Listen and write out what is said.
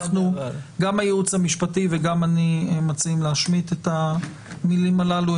גם הייעוץ המשפטי וגם אני מציעים להשמיט את המילים הללו.